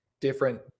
different